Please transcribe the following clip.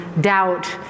doubt